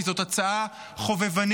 כי זאת הצעה חובבנית,